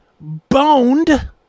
Boned